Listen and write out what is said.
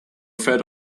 fed